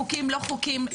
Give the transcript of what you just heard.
חוקים לא חוקים,